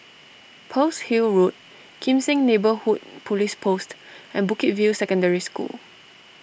Pearl's Hill Road Kim Seng Neighbourhood Police Post and Bukit View Secondary School